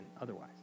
otherwise